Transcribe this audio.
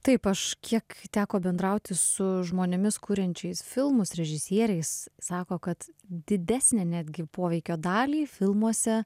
taip aš kiek teko bendrauti su žmonėmis kuriančiais filmus režisieriais sako kad didesnę netgi poveikio dalį filmuose